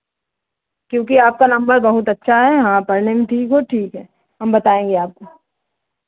क्योंकि आपका नम्बर बहुत अच्छा है हाँ पढ़ने में ठीक हो ठीक है हम बताएंगे आपको